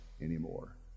anymore